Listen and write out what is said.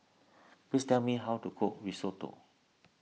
please tell me how to cook Risotto